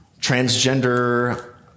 transgender